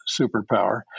superpower